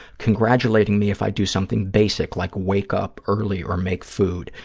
congratulating me if i do something basic, like wake up early or make food,